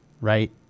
right